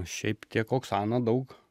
šiaip tiek oksana daug